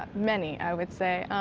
um many i would say.